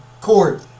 court